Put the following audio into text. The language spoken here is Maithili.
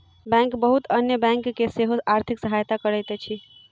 बैंक बहुत अन्य बैंक के सेहो आर्थिक सहायता करैत अछि